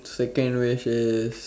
second wish is